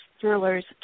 thrillers